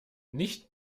nicht